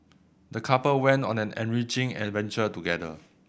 the couple went on an enriching adventure together